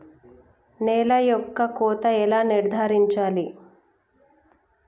నేల యొక్క కోత ఎలా నిర్ధారించాలి?